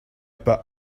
pas